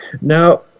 Now